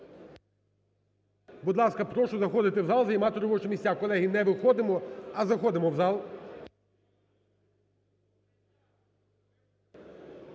Будь ласка, прошу заходити в зал, займати робочі місця. Колеги, не виходимо, а заходимо в зал.